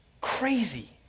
crazy